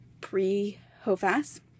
pre-Hofas